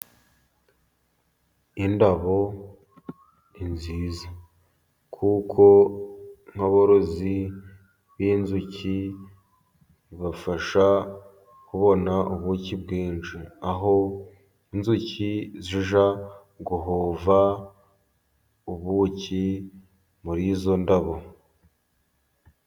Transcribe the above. Indabo ni nziza, kuko nk'aborozi binzuki bafasha kubona ubuki bwinshi, aho inzuki zijya guhova ubuki muri izo ndabo.